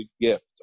gift